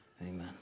Amen